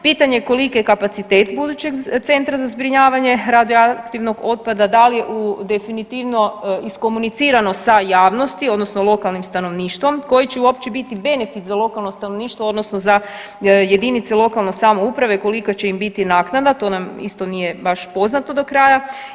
Pitanje je koliki je kapacitet budućeg centra za zbrinjavanje radioaktivnog otpada, da li je definitivno iskomunicirano sa javnosti odnosno lokalnim stanovništvom, koji će uopće biti benefit za lokalno stanovništvo odnosno za jedinice lokale samouprave kolika će im biti naknada, to nam isto baš nije poznato do kraja.